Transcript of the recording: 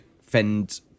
fend